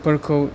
फोरखौ